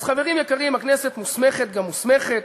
אז חברים יקרים, הכנסת מוסמכת גם מוסמכת.